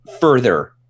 further